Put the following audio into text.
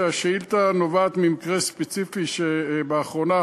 שהשאילתה נובעת ממקרה ספציפי שבאחרונה